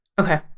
Okay